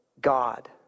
God